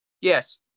Yes